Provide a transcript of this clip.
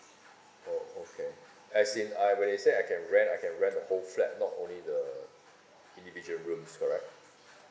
oh okay as in I register I can rent I can rent the whole flat not only the individual rooms correct